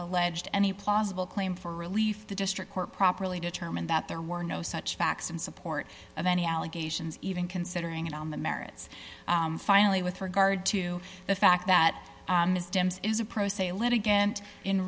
alleged any possible claim for relief the district court properly determined that there were no such facts in support of any allegations even considering it on the merits finally with regard to the fact that ms dims is a pro se litigant in